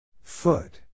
Foot